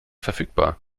verfügbar